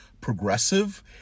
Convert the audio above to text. progressive